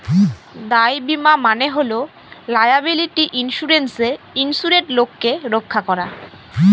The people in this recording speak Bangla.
দায় বীমা মানে হল লায়াবিলিটি ইন্সুরেন্সে ইন্সুরেড লোককে রক্ষা করা